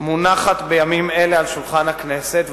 מונחת בימים אלה על שולחן הכנסת,